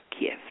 gift